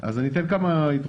אז יש לך אופציה